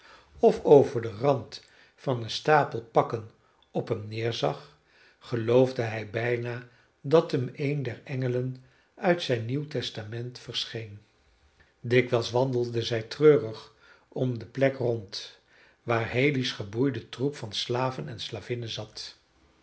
of over den rand van een stapel pakken op hem neerzag geloofde hij bijna dat hem een der engelen uit zijn nieuw testament verscheen dikwijls wandelde zij treurig om de plek rond waar haley's geboeide troep van slaven en slavinnen zat